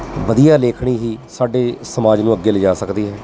ਵਧੀਆ ਲੇਖਣੀ ਹੀ ਸਾਡੇ ਸਮਾਜ ਨੂੰ ਅੱਗੇ ਲਿਜਾ ਸਕਦੀ ਹੈ